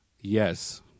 Yes